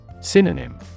Synonym